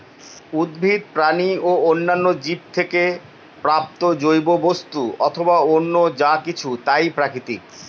উদ্ভিদ, প্রাণী ও অন্যান্য জীব থেকে প্রাপ্ত জৈব বস্তু অথবা অন্য যা কিছু তাই প্রাকৃতিক